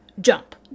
Jump